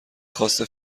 خواسته